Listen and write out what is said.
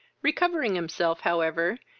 recovering himself, however,